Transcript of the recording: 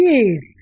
Yes